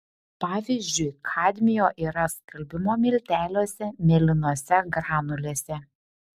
pavyzdžiui kadmio yra skalbimo milteliuose mėlynose granulėse